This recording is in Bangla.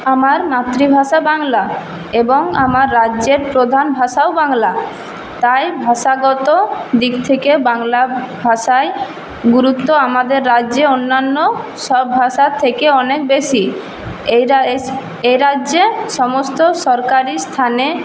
আমার মাতৃভাষা বাংলা এবং আমার রাজ্যের প্রধান ভাষাও বাংলা তাই ভাষাগত দিক থেকে বাংলা ভাষায় গুরুত্ব আমাদের রাজ্যে অন্যান্য সব ভাষার থেকে অনেক বেশি এই রাজ্যে সমস্ত সরকারি স্থানে